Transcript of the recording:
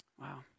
Wow